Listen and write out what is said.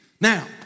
Now